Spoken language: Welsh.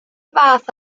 fath